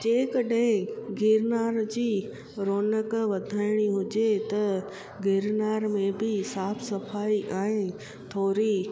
जे कॾहिं गिरनार जी रौनक वधाइणी हुजे त गिरनार में बि साफ़ु सफ़ाई ऐं थोरी